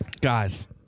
guys